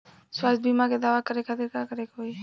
स्वास्थ्य बीमा के दावा करे के खातिर का करे के होई?